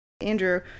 Andrew